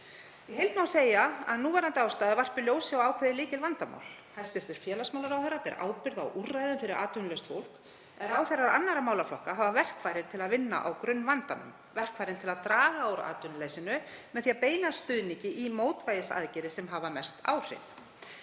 Í heild má segja að núverandi ástæða varpi ljósi á ákveðið lykilvandamál. Hæstv. félagsmálaráðherra ber ábyrgð á úrræðum fyrir atvinnulaust fólk en ráðherrar annarra málaflokka hafa verkfæri til að vinna á grunnvandanum, verkfærin til að draga úr atvinnuleysinu með því að beina stuðningi í mótvægisaðgerðir sem hafa mest áhrif.